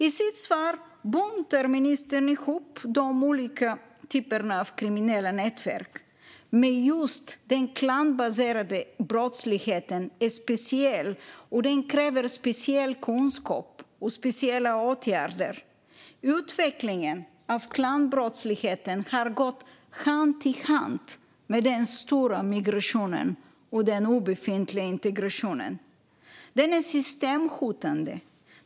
I sitt svar buntar ministern ihop de olika typerna av kriminella nätverk, men just den klanbaserade brottsligheten är speciell. Den kräver speciell kunskap och speciella åtgärder. Utvecklingen av klanbrottsligheten har gått hand i hand med den stora migrationen och den obefintliga integrationen. Den är systemhotande.